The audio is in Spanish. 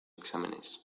exámenes